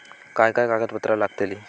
काय काय कागदपत्रा लागतील?